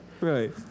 Right